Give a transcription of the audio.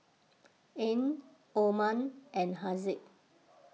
Ain Omar and Haziq